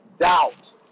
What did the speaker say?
Doubt